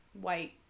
white